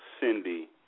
Cindy